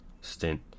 stint